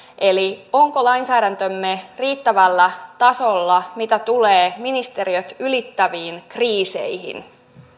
eli onko lainsäädäntömme riittävällä tasolla mitä tulee ministeriöt ylittäviin kriiseihin